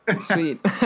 Sweet